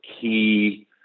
key